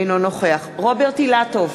אינו נוכח רוברט אילטוב,